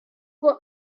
were